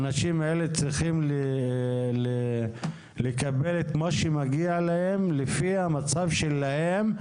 האנשים האלה צריכים לקבל את מה שמגיע להם לפי המצב שלהם,